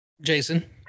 Jason